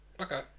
Okay